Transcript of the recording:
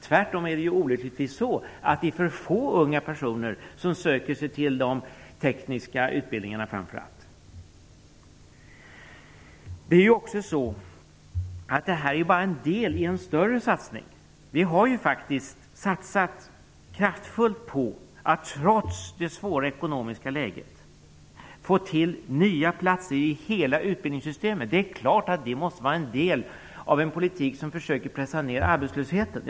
Tvärtom är det olyckligtvis så att det är för få unga personer som söker sig till framför allt de tekniska utbildningarna. Detta är dessutom bara en del av en större satsning. Vi har faktiskt satsat kraftfullt på att trots det svåra ekonomiska läget få till stånd nya platser i hela utbildningssystemet. Det är klart att det måste vara en del av en politik som försöker pressa ner arbetslösheten.